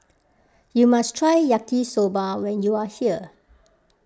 you must try Yaki Soba when you are here